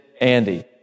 Andy